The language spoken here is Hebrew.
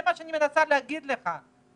את זה אני מנסה להגיד לך.